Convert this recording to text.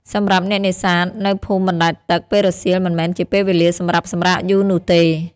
សម្រាប់អ្នកនេសាទនៅភូមិបណ្ដែតទឹក ពេលរសៀលមិនមែនជាពេលវេលាសម្រាប់សម្រាកយូរនោះទេ។